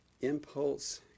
impulse